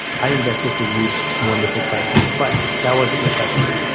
i think that's just a huge, wonderful practice. but that wasn't your question.